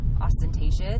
ostentatious